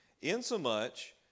insomuch